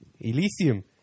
Elysium